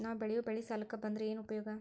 ನಾವ್ ಬೆಳೆಯೊ ಬೆಳಿ ಸಾಲಕ ಬಂದ್ರ ಏನ್ ಉಪಯೋಗ?